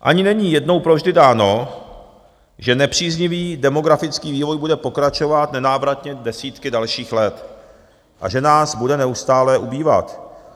Ani není jednou provždy dáno, že nepříznivý demografický vývoj bude pokračovat nenávratně desítky dalších let a že nás bude neustále ubývat.